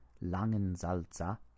Langensalza